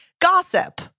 gossip